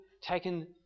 taken